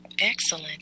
Excellent